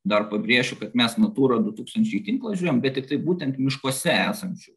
dar pabrėšiu kad mes natūra du tūkstančiai tinklą žiūrim bet tiktai būtent miškuose esančių